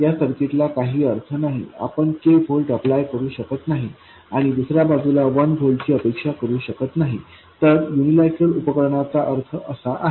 या सर्किटला काही अर्थ नाही आपण k व्होल्ट अप्लाय करू शकत नाही आणि दुसऱ्या बाजूला 1 व्होल्टची अपेक्षा करू शकत नाही तर यूनिलैटरल उपकरणाचा अर्थ असा आहे